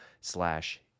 slash